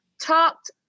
talked